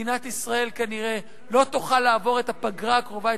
מדינת ישראל כנראה לא תוכל לעבור את הפגרה הקרובה,